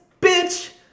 bitch